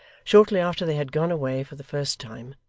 shortly after they had gone away for the first time,